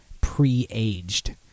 pre-aged